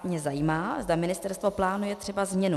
Mě zajímá, zda ministerstvo plánuje třeba změnu.